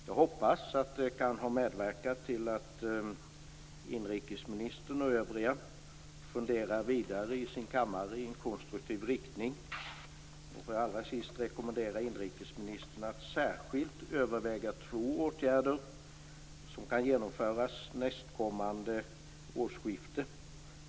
Jag hoppas att det kan ha medverkat till att inrikesministern och övriga funderar vidare i sina kammare i konstruktiv riktning. Sist vill jag rekommendera inrikesministern att särskilt överväga två åtgärder som kan genomföras nästkommande årsskifte.